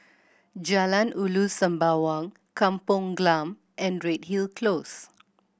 Jalan Ulu Sembawang Kampong Glam and Redhill Close